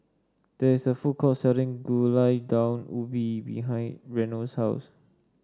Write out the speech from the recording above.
there is a food court selling Gulai Daun Ubi behind Reno's house